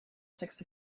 six